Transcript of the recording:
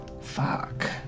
Fuck